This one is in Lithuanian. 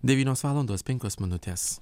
devynios valandos penkios minutės